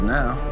now